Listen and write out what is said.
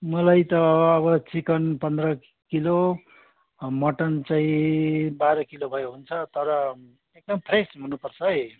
मलाई त अब चिकन पन्ध्र किलो मटन चाहिँ बाह्र किलो भए हुन्छ तर एकदम फ्रेस हुनुपर्छ है